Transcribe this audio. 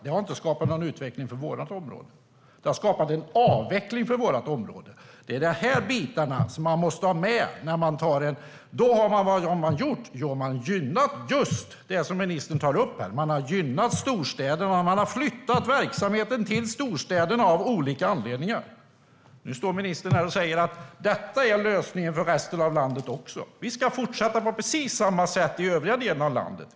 Det har inte skapat någon utveckling för vårt område. Det har skapat en avveckling för vårt område. Detta måste man ha med sig. Man har gynnat just det som ministern tar upp här. Man har gynnat storstäderna, och man har flyttat verksamhet till storstäderna av olika anledningar. Nu säger ministern att detta är lösningen för resten av landet också. Vi ska fortsätta på precis samma sätt i övriga delar av landet.